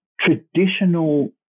traditional